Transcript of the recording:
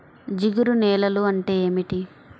జిగురు నేలలు అంటే ఏమిటీ?